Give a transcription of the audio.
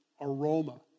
aroma